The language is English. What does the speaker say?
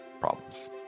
problems